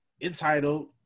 entitled